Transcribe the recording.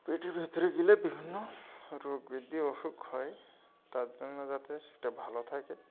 পেটের ভেিতরে গেলে বিভিন্ন রোগ বৃদ্ধি অসুখ হয় তার জন্য যাতে সেটা ভালো থাকে